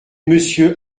monsieur